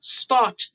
spot